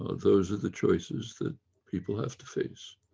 ah those are the choices that people have to face.